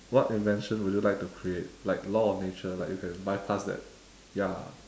what invention would you like to create like law of nature like you can bypass that ya